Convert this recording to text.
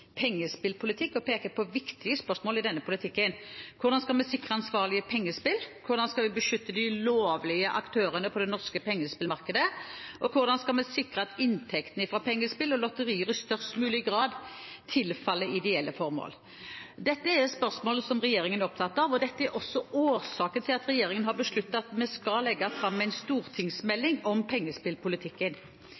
vi beskytte de lovlige aktørene på det norske pengespillmarkedet? Hvordan skal vi sikre at inntektene fra pengespill og lotterier i størst mulig grad tilfaller ideelle formål? Dette er spørsmål som regjeringen er opptatt av, og dette er også årsaken til at regjeringen har besluttet at det skal legges fram en stortingsmelding om pengespillpolitikken.